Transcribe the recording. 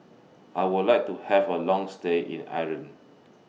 I Would like to Have A Long stay in Ireland